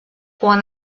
quan